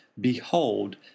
Behold